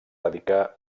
dedicà